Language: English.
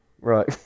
right